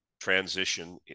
transition